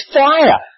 fire